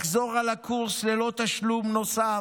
לחזור על הקורס ללא תשלום נוסף,